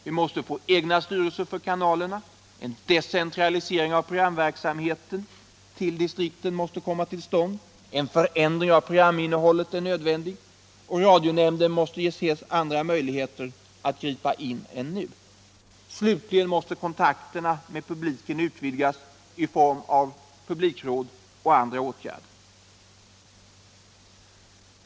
Vi måste få egna styrelser för kanalerna, en decentralisering av programverksamheten till distrikten måste komma till stånd, en förändring av programinnehållet är nödvändig och radionämnden måste ges helt andra möjligheter att gripa in än nu. Slutligen måste kontakterna med publiken vidgas i form av publikråd och andra åtgärder.